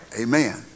Amen